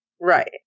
Right